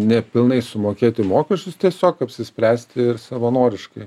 nepilnai sumokėti mokesčius tiesiog apsispręsti ir savanoriškai